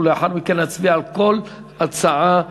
לאחר מכן נצביע על כל הצעה בנפרד.